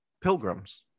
pilgrims